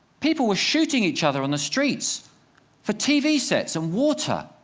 people were shooting each other on the streets for tv sets and water.